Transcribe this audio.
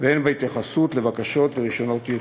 והן בהתייחסות לבקשות לרישיונות ייצוא.